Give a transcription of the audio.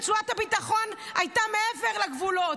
רצועת הביטחון הייתה מעבר לגבולות,